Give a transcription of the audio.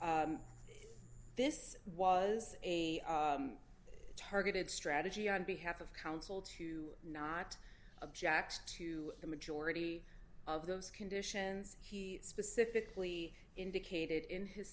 goes this was a targeted strategy on behalf of counsel to not object to the majority of those conditions specifically indicated in his